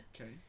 Okay